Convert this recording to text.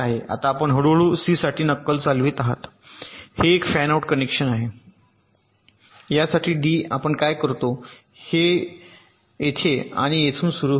आता आपण हळूहळू सी साठी नक्कल चालवित आहात हे एक फॅनआउट कनेक्शन आहे यासाठी डी आपण काय करता हे येथे आणि येथून सुरु होईल